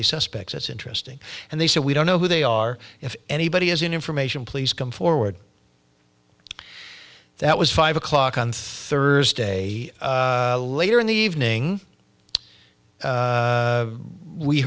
they suspects it's interesting and they said we don't know who they are if anybody has any information please come forward that was five o'clock on thursday later in the evening